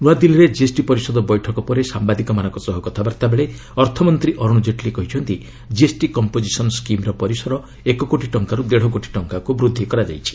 ନୂଆଦିଲ୍ଲୀରେ ଜିଏସ୍ଟି ପରିଷଦ ବୈଠକ ପରେ ସାମ୍ବାଦିକମାନଙ୍କ ସହ କଥାବାର୍ତ୍ତା ବେଳେ ଅର୍ଥମନ୍ତ୍ରୀ ଅର୍ଚ୍ଚଣ ଜେଟଲୀ କହିଛନ୍ତି ଜିଏସ୍ଟି କମ୍ପୋଜିସନ୍ ସ୍କିମ୍ର ପରିସର ଏକ କୋଟି ଟଙ୍କାରୁ ଦେଡ଼ କୋଟି ଟଙ୍କାକୁ ବୃଦ୍ଧି କରାଯାଇଛି